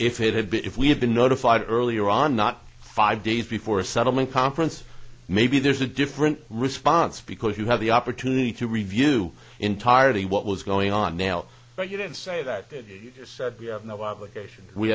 if it had been if we had been notified earlier on not five days before a settlement conference maybe there's a different response because you have the opportunity to review entirely what was going on now but you did say that we have no obligation we